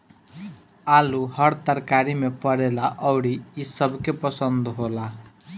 आलू हर तरकारी में पड़ेला अउरी इ सबके पसंद होला